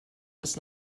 bis